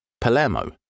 Palermo